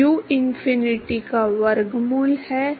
तो संवेग संतुलन अनिवार्य रूप से इस साधारण अंतर समीकरण को कम कर देता है